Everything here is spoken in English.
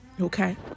Okay